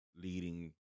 leading